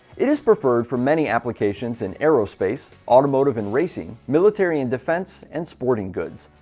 it is preferred for many applications in aerospace, automotive and racing, military and defense, and sporting goods.